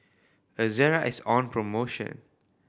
Ezerra is on promotion